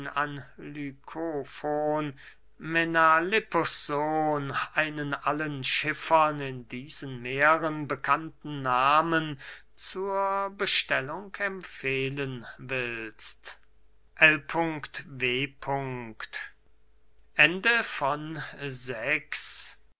an lykofon menalippus sohn einen allen schiffern in diesen meeren bekannten nahmen zur bestellung empfehlen willst l w